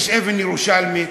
יש אבן ירושלמית,